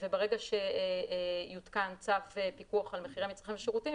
וברגע שיותקן צו פיקוח על מחירי מצרכים ושירותים